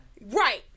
right